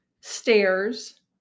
stairs